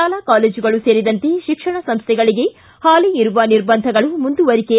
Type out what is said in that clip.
ಶಾಲಾ ಕಾಲೇಜುಗಳು ಸೇರಿದಂತೆ ಶಿಕ್ಷಣ ಸಂಸ್ಟೆಗಳಿಗೆ ಹಾಲಿಯಿರುವ ನಿರ್ಬಂಧಗಳು ಮುಂದುವರಿಕೆ